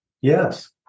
Yes